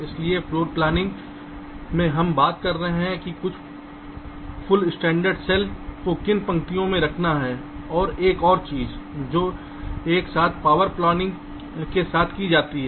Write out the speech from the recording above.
इसलिए फ्लोरप्लानिंग में हम बता रहे हैं कि फुल स्टैंडर्ड सेल को किन पंक्तियों में रखना है और एक और चीज है जो एक साथ पावर प्लानिंग के साथ की जाती है